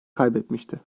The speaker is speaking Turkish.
kaybetmişti